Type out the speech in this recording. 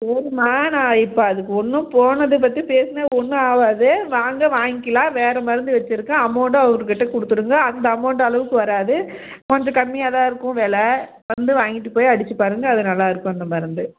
சரிம்மா நான் இப்போ அதுக்கு ஒன்றும் போனதை பற்றி பேசினா ஒன்றும் ஆகாது வாங்க வாங்க்கிலாம் வேறு மருந்து வைச்சிருக்கேன் அமௌண்ட்டு அவர் கிட்டே கொடுத்துடுங்க அந்த அமொண்ட் அளவுக்கு வராது கொஞ்சம் கம்மியாக தான் இருக்கும் வெலை வந்து வாங்கிட்டு போய் அடித்துப்பாருங்க அது நல்லாயிருக்கும் அந்த மருந்து